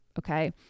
okay